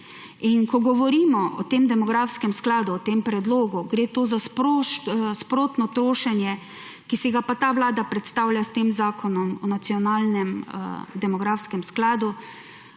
In ko govorimo o tem demografskem skladu, o tem predlogu, gre za sprotno trošenje, ki si ga pa ta vlada predstavlja s tem zakonom o nacionalnem demografskem skladu,